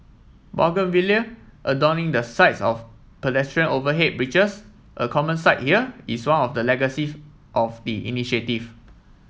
bougainvillea adorning the sides of pedestrian overhead bridges a common sight here is one of the legacies of the initiative